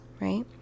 right